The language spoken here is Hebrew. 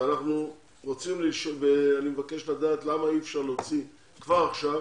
אני מבקש לדעת, למה לא ניתן להוציא כבר עכשיו